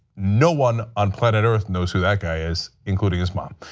no one on planet earth knows who that guy is including his mom.